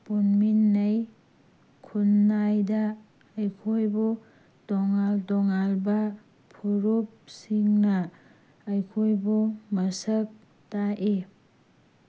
ꯄꯨꯟꯃꯤꯟꯅꯩ ꯈꯨꯟꯅꯥꯏꯗ ꯑꯩꯈꯣꯏꯕꯨ ꯇꯣꯉꯥꯟ ꯇꯣꯉꯥꯟꯕ ꯐꯨꯔꯨꯞꯁꯤꯡꯅ ꯑꯩꯈꯣꯏꯕꯨ ꯃꯁꯛ ꯇꯥꯛꯏ